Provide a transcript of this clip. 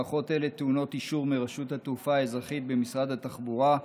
מערכות אלה טעונות אישור מרשות התעופה האזרחית במשרד התחבורה,